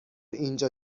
اینجا